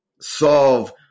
solve